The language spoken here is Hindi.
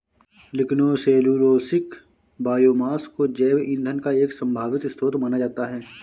लिग्नोसेल्यूलोसिक बायोमास को जैव ईंधन का एक संभावित स्रोत माना जाता है